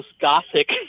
gothic